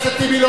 חבר הכנסת טיבי,